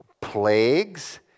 plagues